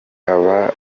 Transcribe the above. aba